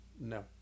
No